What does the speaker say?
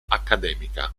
accademica